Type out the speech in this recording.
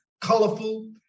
colorful